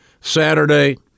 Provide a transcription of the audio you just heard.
Saturday